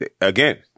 again